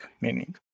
meaning